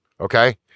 okay